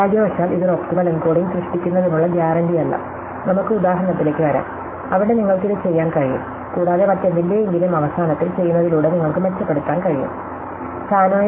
നിർഭാഗ്യവശാൽ ഇത് ഒരു ഒപ്റ്റിമൽ എൻകോഡിംഗ് സൃഷ്ടിക്കുന്നതിനുള്ള ഗ്യാരണ്ടിയല്ല നമുക്ക് ഉദാഹരണത്തിലേക്ക് വരാം അവിടെ നിങ്ങൾക്ക് ഇത് ചെയ്യാൻ കഴിയും കൂടാതെ മറ്റെന്തിന്റെയെങ്കിലും അവസാനത്തിൽ ചെയ്യുന്നതിലൂടെ നിങ്ങൾക്ക് മെച്ചപ്പെടുത്താൻ കഴിയുo